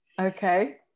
Okay